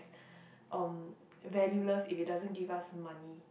um valueless if it doesn't give us money